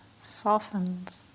softens